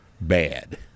bad